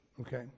okay